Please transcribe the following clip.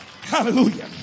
Hallelujah